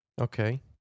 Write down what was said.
okay